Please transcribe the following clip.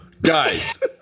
Guys